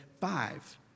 five